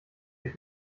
euch